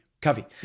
Covey